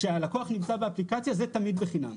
כשהלקוח נמצא באפליקציה, זה תמיד בחינם.